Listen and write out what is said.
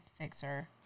fixer